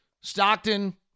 Stockton